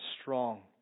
strong